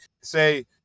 say